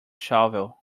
shovel